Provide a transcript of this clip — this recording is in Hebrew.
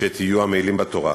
שתהיו עמלים בתורה.